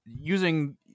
Using